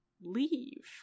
leave